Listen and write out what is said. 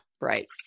right